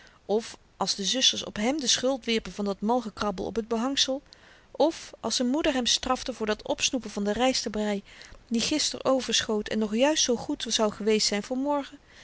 of als de zusters op hèm de schuld wierpen van dat mal gekrabbel op t behangsel of als z'n moeder hem strafte voor dat opsnoepen van de rystebry die gister overschoot en nog juist zoo goed zou geweest zyn